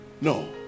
no